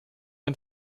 den